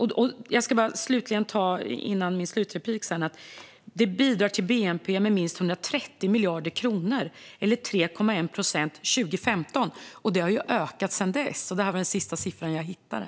Slutligen ska jag nämna, innan jag har mitt sista inlägg, att detta bidrog med minst 130 miljarder kronor - eller 3,1 procent - till bnp år 2015. Det har ju ökat sedan dess; det var den senaste siffran jag hittade.